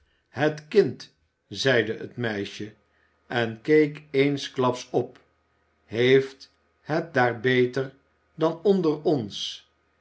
het kind zeide het meisje en keek eensklaps op heeft het daar beter dan onder ons